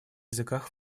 языках